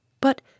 But